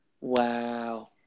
wow